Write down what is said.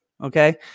Okay